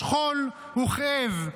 שכול וכאב.